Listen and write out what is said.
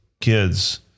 kids